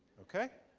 okay?